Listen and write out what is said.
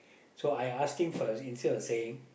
so I ask him first instead of saying